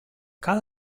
cal